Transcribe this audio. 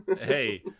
hey